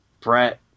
Brett